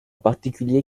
particulier